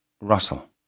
Russell